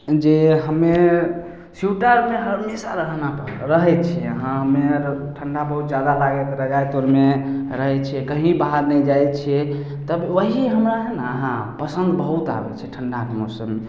जे हम्मे सुइटर आरमे हमेशा रहना रहै छियै हम्मे आर ठण्ढा बहुत जादा लागै छै रजाइ तरमे रहै छियै कहीँ बाहर नहि जाइ छियै तब वहीँ हमरा हइ ने अहाँ पसन्द बहुत आबै छै ठण्ढाके मौसम